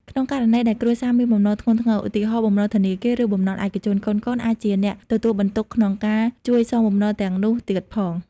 ក្នុងករណីដែលគ្រួសារមានបំណុលធ្ងន់ធ្ងរ ឧទាហរណ៍ បំណុលធនាគារ ឬ បំណុលឯកជន កូនៗអាចជាអ្នកទទួលបន្ទុកក្នុងការជួយសងបំណុលទាំងនោះទៀតផង។